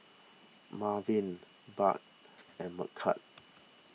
Merwin Budd and Micah